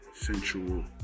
sensual